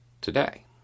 today